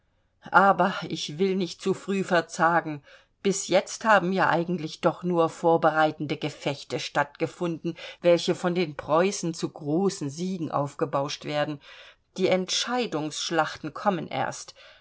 aber ich will nicht zu früh verzagen bis jetzt haben ja eigentlich doch nur vorbereitende gefechte stattgefunden welche von den preußen zu großen siegen aufgebauscht werden die entscheidungsschlachten kommen erst